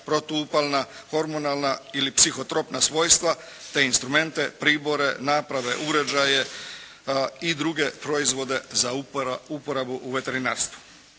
protuupalna, hormonalna ili psihotropna svojstva te instrumente, pribore, naprave, uređaje i druge proizvode za uporabu u veterinarstvu.